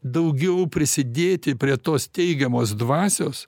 daugiau prisidėti prie tos teigiamos dvasios